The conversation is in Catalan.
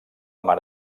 mare